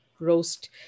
roast